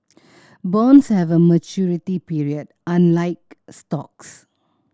bonds have a maturity period unlike stocks